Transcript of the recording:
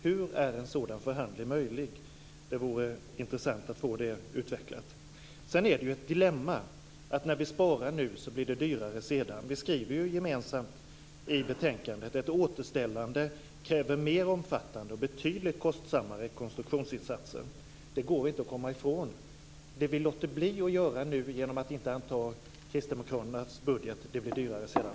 Hur är en sådan förhandling möjlig? Det vore intressant att få det utvecklat. Sedan är det ett dilemma att när vi sparar nu blir det dyrare sedan. Vi skrev gemensamt i betänkande att ett återställande kräver mer omfattande och betydligt kostsammare konstruktionsinsatser. Det går inte att komma ifrån. Det vi låter bli att göra nu genom att inte anta Kristdemokraternas budget blir dyrare sedan.